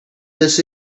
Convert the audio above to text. this